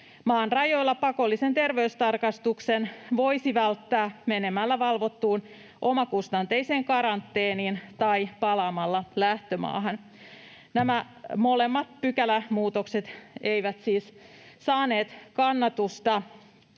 maan rajoilla pakollisen terveystarkastuksen voisi välttää menemällä valvottuun omakustanteiseen karanteeniin tai palaamalla lähtömaahan. Nämä pykälämuutokset eivät siis saaneet kannatusta